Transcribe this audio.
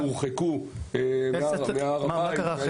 הורחקו מהר הבית --- מה קרה אחרי?